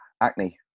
Acne